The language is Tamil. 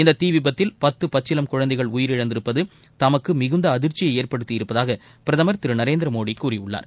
இந்த தீ விபத்தில் பத்து பச்சிளம் குழந்தைகள் உயிரிழந்திருப்பது தமக்கு மிகுந்த அதிர்ச்சியை ஏற்படுத்தி இருப்பதாக பிரதர் திரு நரேந்திரமோடி கூறியுள்ளார்